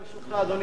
אדוני היושב-ראש,